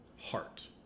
heart